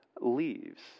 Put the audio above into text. leaves